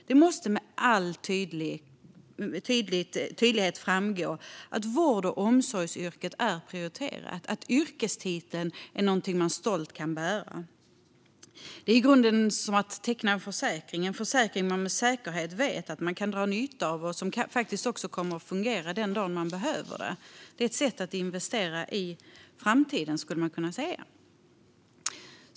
Det måste med all tydlighet framgå att vård och omsorgsyrket är prioriterat och att yrkestiteln är något som man stolt kan bära. Det är i grunden som att teckna en försäkring, en försäkring som man med säkerhet vet att man kan dra nytta av och som fungerar den dag man behöver den. Det är ett sätt att investera i framtiden, så att säga.